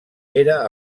era